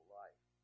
life